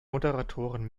moderatoren